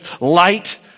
light